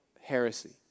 heresy